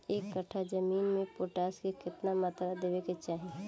एक कट्ठा जमीन में पोटास के केतना मात्रा देवे के चाही?